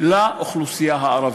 של האוכלוסייה הערבית.